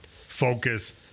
focus